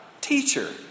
teacher